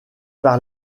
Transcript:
par